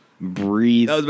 breathe